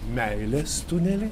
meilės tunelį